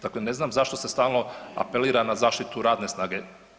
Tako da ne znam zašto se stalno apelira na zaštitu radne snage.